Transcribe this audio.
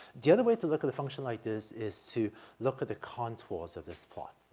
the other way to look at the function like this is to look at the contours of this plot,